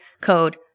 code